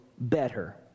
better